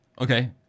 Okay